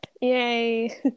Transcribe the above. Yay